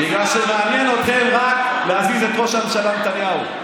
בגלל שמעניין אתכם רק להזיז את ראש הממשלה נתניהו.